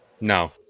No